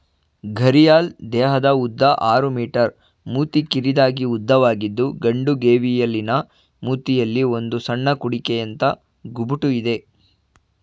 ಘರಿಯಾಲ್ ದೇಹದ ಉದ್ದ ಆರು ಮೀ ಮೂತಿ ಕಿರಿದಾಗಿ ಉದ್ದವಾಗಿದ್ದು ಗಂಡು ಗೇವಿಯಲಿನ ಮೂತಿಯಲ್ಲಿ ಒಂದು ಸಣ್ಣ ಕುಡಿಕೆಯಂಥ ಗುಬುಟು ಇದೆ